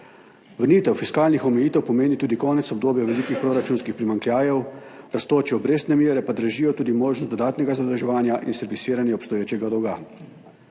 Vrnitev fiskalnih omejitev pomeni tudi konec obdobja velikih proračunskih primanjkljajev, rastoče obrestne mere pa dražijo tudi možnost dodatnega zadolževanja in servisiranja obstoječega dolg.